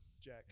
Jack